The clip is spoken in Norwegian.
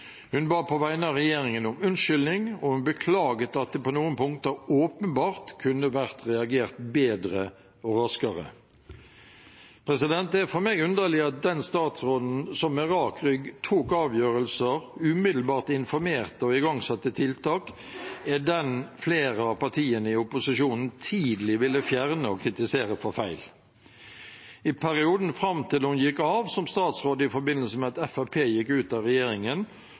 Hun ba på vegne av regjeringen om unnskyldning, og hun beklaget at det på noen punkter åpenbart kunne vært reagert bedre og raskere. Det er for meg underlig at den statsråden som med rak rygg tok avgjørelser, umiddelbart informerte og igangsatte tiltak, er den flere av partiene i opposisjonen tidlig ville fjerne og kritisere for feil. I perioden fram til hun gikk av som statsråd i forbindelse med at Fremskrittspartiet gikk ut av regjeringen,